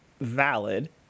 valid